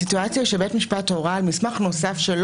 הסיטואציה היא שבית המשפט הורה על מסמך נוסף שהוא